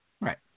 Right